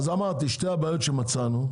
אז אמרתי ששתי הבעיות שמצאנו,